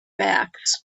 backs